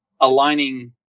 aligning